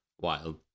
wild